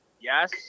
yes